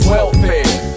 Welfare